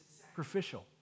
sacrificial